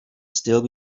still